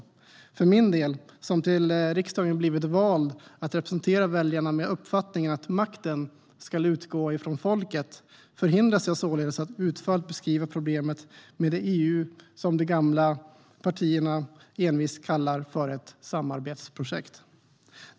Jag - som har blivit vald till riksdagen för att representera väljarna, med uppfattningen att makten ska utgå från folket - förhindras således att utförligt beskriva problemet med det EU som de gamla partierna envist kallar för ett samarbetsprojekt.